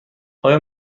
آیا